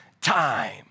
time